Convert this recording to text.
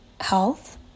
health